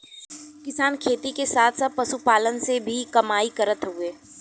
किसान खेती के साथ साथ पशुपालन से भी कमाई करत हउवन